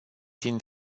din